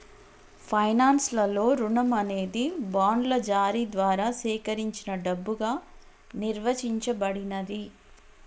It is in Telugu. ఫైనాన్స్ లలో రుణం అనేది బాండ్ల జారీ ద్వారా సేకరించిన డబ్బుగా నిర్వచించబడినాది